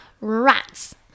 Rats